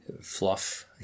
fluff